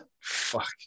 fuck